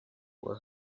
were